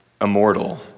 immortal